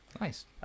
Nice